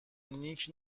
نیک